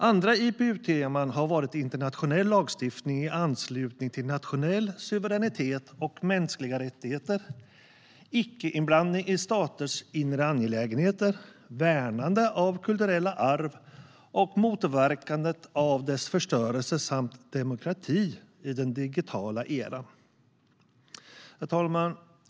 Andra IPU-teman har varit internationell lagstiftning i anslutning till nationell suveränitet och mänskliga rättigheter, icke-inblandning i staters interna angelägenheter, värnandet av kulturella arv och motverkandet av dess förstörelse samt demokrati i den digitala eran.